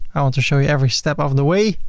i want to show you every step of the way.